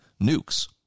nukes